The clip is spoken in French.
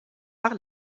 par